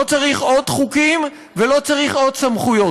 לא צריך עוד חוקים ולא צריך עוד סמכויות.